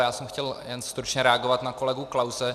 Já jsem chtěl jen stručně reagovat na kolegu Klause.